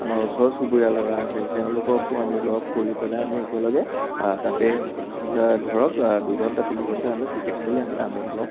আমাৰ ওচৰ চুবুৰীয়া ল'ৰা আছে তেওঁলোককো আমি লগ কৰি পেলাই আমি একেলগে তাতে ধৰক দুঘন্টা তিনিঘন্টা আমি ক্ৰিকেট খেলি আমি আমোদ লওঁ